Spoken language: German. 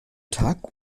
tag